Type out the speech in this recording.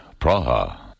Praha